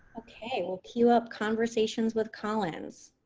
okay, we'll queue up conversations with collins.